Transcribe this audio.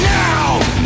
now